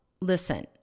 listen